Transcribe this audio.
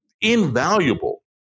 invaluable